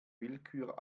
willkür